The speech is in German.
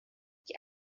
die